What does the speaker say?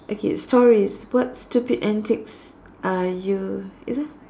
okay stories what stupid antics are you